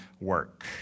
work